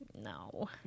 No